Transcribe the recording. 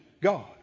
God